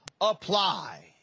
apply